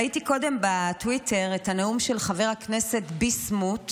ראיתי קודם בטוויטר את הנאום של חבר הכנסת ביסמוט,